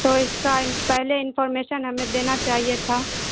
تو اس کا پہلے انفارمیشن ہمیں دینا چاہیے تھا